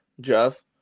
jeff